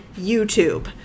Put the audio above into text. YouTube